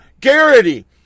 Garrity